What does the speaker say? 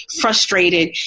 frustrated